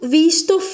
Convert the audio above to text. visto